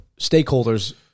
stakeholders